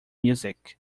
music